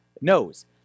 knows